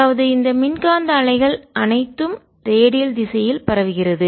அதாவது இந்த மின்காந்த அலைகள் அனைத்தும் ரேடியல் திசையில் பரவுகிறது